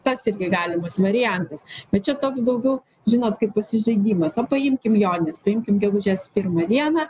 tas irgi galimas variantas bet čia toks daugiau žinot kaip pasižaidimas va paimkim jonines paimkim gegužės pirmą dieną